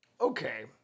okay